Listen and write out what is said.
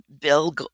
Bill